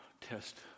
test